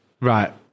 right